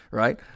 right